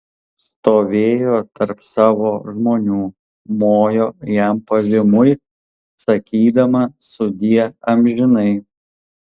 stovėjo tarp savo žmonių mojo jam pavymui sakydama sudie amžinai